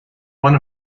one